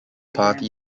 party